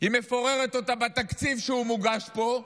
היא מפוררת אותה בתקציב שמוגש פה.